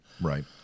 Right